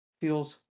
feels